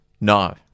No